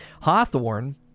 Hawthorne